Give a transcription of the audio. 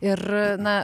ir na